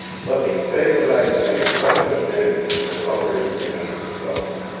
let me say that i think such an affinity has already presented himself.